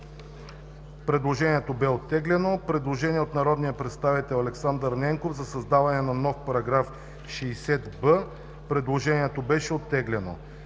Предложението бе оттеглено. Предложение от народния представител Александър Ненков за създаване на нов § 60б. Предложението беше оттеглено.